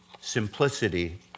simplicity